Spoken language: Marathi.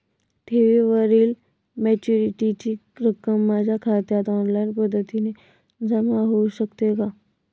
ठेवीवरील मॅच्युरिटीची रक्कम माझ्या खात्यात ऑनलाईन पद्धतीने जमा होऊ शकते का?